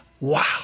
Wow